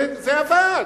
זה עבד.